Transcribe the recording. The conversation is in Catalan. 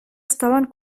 estaven